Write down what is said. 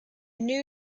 new